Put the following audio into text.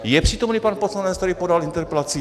Je přítomný pan poslanec, který podal interpelaci?